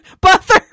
butter